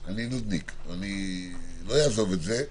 אני נודניק, לא אעזוב את זה,